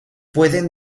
pueden